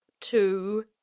two